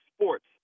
sports